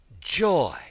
joy